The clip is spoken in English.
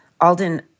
Alden